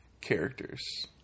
characters